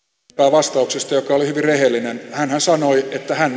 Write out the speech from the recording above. vastauksesta joka oli hyvin rehellinen hänhän sanoi että hän